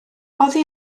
oddi